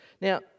Now